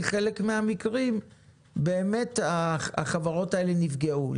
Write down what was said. בחלק מהמקרים באמת החברות האלה נפגעו.